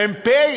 מ"פ,